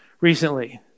recently